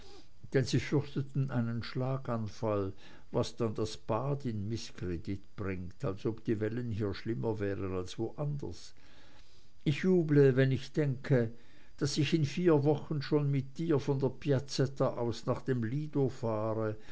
denn sie fürchteten einen schlaganfall was dann das bad in mißkredit bringt als ob die wellen hier schlimmer wären als woanders ich juble wenn ich denke daß ich in vier wochen schon mit dir von der piazzetta aus nach dem lido fahre